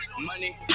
Money